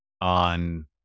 on